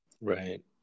Right